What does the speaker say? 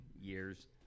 Years